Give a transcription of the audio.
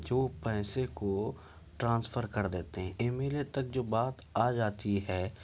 جو پیسے کو ٹرانسفر کر دیتے ہیں ایم ایل اے تک جو بات آ جاتی ہے تو